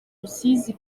rusizi